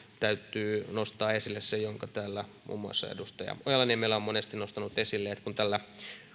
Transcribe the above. täytyy nostaa esille se minkä täällä muun muassa edustaja ojala niemelä on monesti nostanut esille että kun tällä